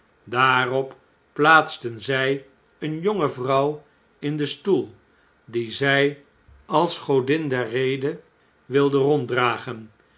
daarop plaatsten zij eene jonge vrouw in den stoel die zn als godin der rede wilden